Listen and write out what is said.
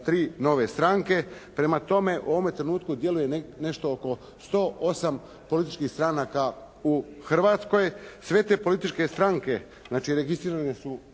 3 nove stranke. Prema tome u ovome trenutku djeluju nešto oko 108 političkih stranaka u Hrvatskoj. Sve te političke stranke znači registrirane u